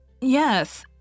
Yes